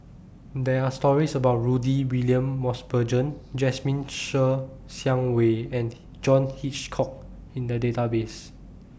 There Are stories about Rudy William Mosbergen Jasmine Ser Xiang Wei and John Hitchcock in The Database